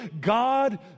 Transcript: God